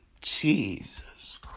Jesus